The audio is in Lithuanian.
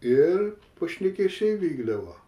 ir pašnekesiai vykdavo